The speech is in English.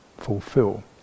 fulfill